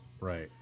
Right